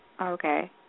Okay